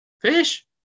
Fish